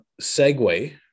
segue